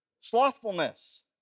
slothfulness